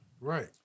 Right